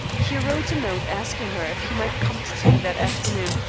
he wrote a note asking her if he might come to tea that afternoon,